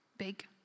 Big